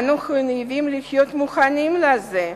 אנו חייבים להיות מוכנים לזה,